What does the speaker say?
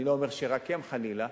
אני לא אומר שרק הם, חלילה,